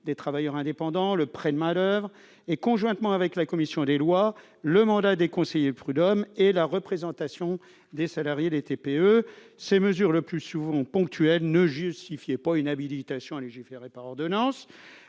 des travailleurs indépendants, le prêt de main-d'oeuvre, ainsi que, conjointement avec la commission des lois, le mandat des conseillers prud'hommes et la représentation des salariés des TPE. Ces mesures, le plus souvent ponctuelles, ne justifiaient pas une habilitation à légiférer par ordonnance.